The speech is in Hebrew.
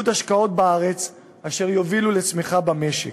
השקעות בארץ אשר יובילו לצמיחה במשק.